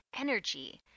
energy